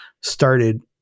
started